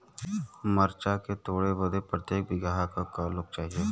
मरचा के तोड़ बदे प्रत्येक बिगहा क लोग चाहिए?